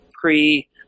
pre